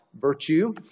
virtue